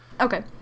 Okay